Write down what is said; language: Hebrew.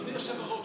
אדוני היושב-ראש,